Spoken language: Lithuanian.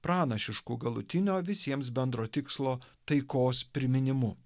pranašišku galutinio visiems bendro tikslo taikos priminimu